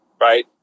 right